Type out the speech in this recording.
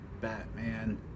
Batman